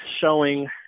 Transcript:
showing